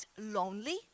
lonely